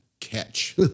catch